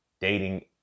dating